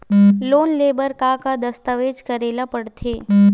Loan ले बर का का दस्तावेज करेला पड़थे?